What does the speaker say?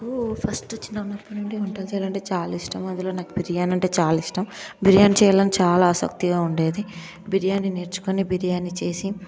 నాకు ఫస్ట్ చిన్నప్పటి నుండి వంట చేయాలంటే చాలా ఇష్టం అందులో నాకు బిర్యానీ అంటే చాలా ఇష్టం బిర్యానీ చేయాలంటే చాలా ఆసక్తిగా ఉండేది బిర్యానీ నేర్చుకొని బిర్యానీ చేసి